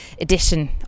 edition